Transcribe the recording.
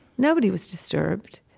nobody was disturbed.